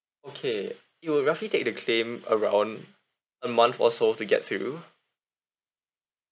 okay it'll roughly take the claim around a month or so to get through